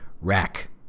rack